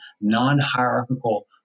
non-hierarchical